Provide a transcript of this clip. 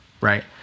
right